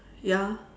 ya